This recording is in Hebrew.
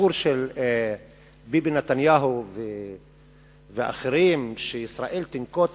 הסיפור של ביבי נתניהו ואחרים שישראל תנקוט